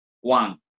one